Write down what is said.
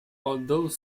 although